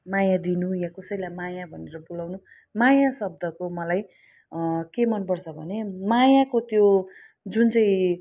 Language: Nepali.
माया दिनु या कसैलाई माया भनेर बोलाउनु माया शब्दको मलाई के मन पर्छ भने मायाको त्यो जुन चाहिँ